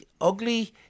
Ugly